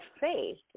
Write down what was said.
faith